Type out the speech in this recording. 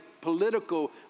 political